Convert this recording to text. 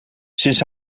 sinds